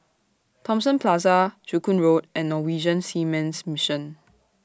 Thomson Plaza Joo Koon Road and Norwegian Seamen's Mission